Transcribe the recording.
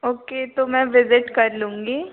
okay तो मैं visit कर लूँगी